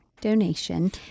donation